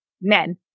men